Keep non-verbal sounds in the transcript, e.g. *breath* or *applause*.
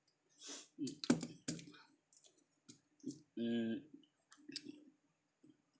*breath* mm mm